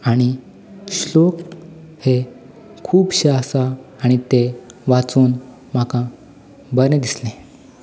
आनी श्लोक हे खुबशे आसा आनी ते वाचून म्हाका बरें दिसलें